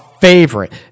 favorite